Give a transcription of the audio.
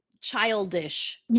childish